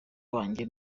wanjye